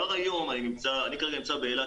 אני כרגע נמצא באילת,